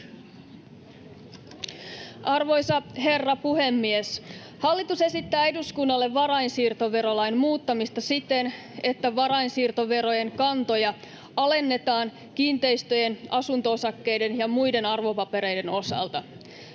Arvoisa herra puhemies! Hallitus esittää eduskunnalle varainsiirtoverolain muuttamista siten, että varainsiirtoverojen kantoja alennetaan kiinteistöjen, asunto-osakkeiden ja muiden arvopapereiden osalta.